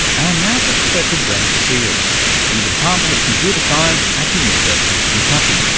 and now to professor brent seales, from the department of computer science at the university of kentucky,